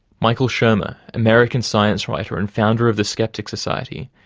michael shermer, american science writer and founder of the skeptics society,